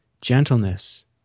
gentleness